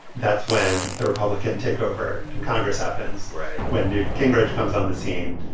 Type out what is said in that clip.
that's when the republican takeover in congress happens. right. when newt gingrich comes on the scene.